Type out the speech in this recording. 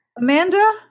Amanda